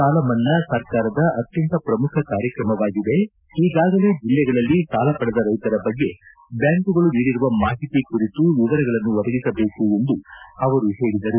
ಸಾಲಮನ್ನಾ ಸರ್ಕಾರದ ಅತ್ಯಂತ ಪ್ರಮುಖ ಕಾರ್ಯಕ್ರಮವಾಗಿದೆ ಈಗಾಗಲೇ ಜಿಲ್ಲೆಗಳಲ್ಲಿ ಸಾಲ ಪಡೆದ ರೈತರ ಬಗ್ಗೆ ಬ್ಯಾಂಕುಗಳು ನೀಡಿರುವ ಮಾಹಿತಿ ಕುರಿತು ವಿವರಗಳನ್ನು ಒದಗಿಸಬೇಕು ಎಂದು ಅವರು ಹೇಳಿದರು